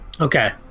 Okay